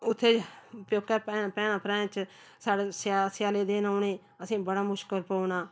उत्थै प्यौकै भैन भैन भ्राएं च साढ़े स्या स्यालें दिन औने असेंगी बड़ा मुश्कल पौना